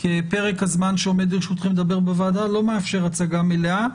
כי פרק הזמן שעומד לרשותכם לדבר בוועדה לא מאפשר הצגה מלאה.